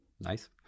nice